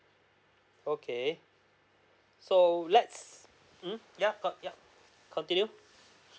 okay so lets mm yup cont~ yup continue